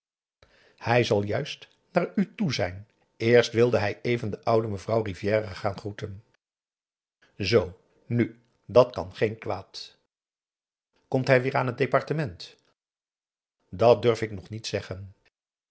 hij zal juist naar u toe zijn eerst wilde hij even de oude mevrouw rivière gaan groeten p a daum hoe hij raad van indië werd onder ps maurits zoo nu dat kan geen kwaad komt hij wêer aan het departement dat durf ik nog niet zeggen